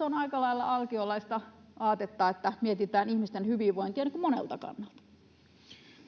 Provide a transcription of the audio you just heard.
on aika lailla alkiolaista aatetta, että mietitään ihmisten hyvinvointia monelta kannalta.